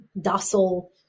docile